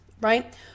right